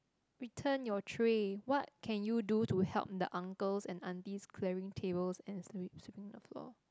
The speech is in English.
return your tray what can you do to help the uncles and aunties clearing tables and sweep sweeping the floor